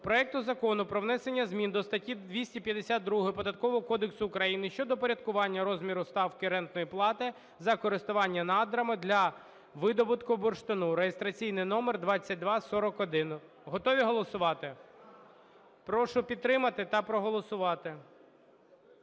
проекту Закону про внесення зміни до статті 252 Податкового кодексу України щодо упорядкування розміру ставки рентної плати за користування надрами для видобутку бурштину (реєстраційний номер 2241). Готові голосувати? Прошу підтримати та проголосувати.